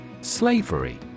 Slavery